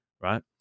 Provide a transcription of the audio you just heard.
right